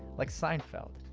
like seinfeld.